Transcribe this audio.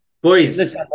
boys